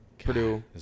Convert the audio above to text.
Purdue